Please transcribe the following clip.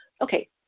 Okay